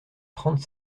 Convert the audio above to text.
trente